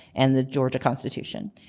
and the georgia constitution.